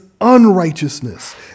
unrighteousness